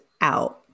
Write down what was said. out